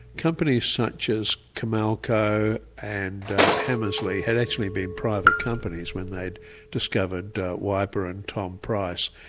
companies such as comalco and hammersley had actually been private companies, when they'd discovered weipa and tom price.